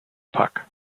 puck